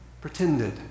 pretended